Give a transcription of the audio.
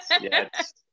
yes